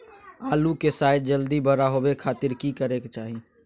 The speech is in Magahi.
आलू के साइज जल्दी बड़ा होबे खातिर की करे के चाही?